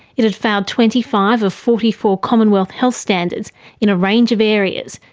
it had failed twenty five of forty four commonwealth health standards in a range of areas,